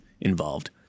involved